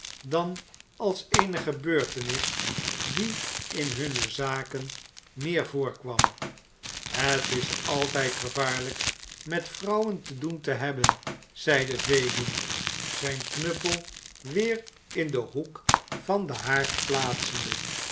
dan als eene gebeurtenis die in hunne zaken meer voorkwam het is altijd gevaarlijk met vrouwen te doen te hebben zeide fagin zijn knuppel weer in den hoek van den haard plaatsende